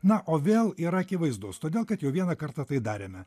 na o vėl yra akivaizdus todėl kad jau vieną kartą tai darėme